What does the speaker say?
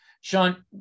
Sean